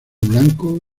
blanco